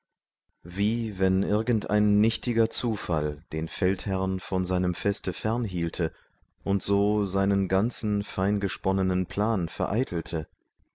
wie wenn irgendein nichtiger zufall den feldherrn von seinem feste fernhielte und so seinen ganzen feingesponnenen plan vereitelte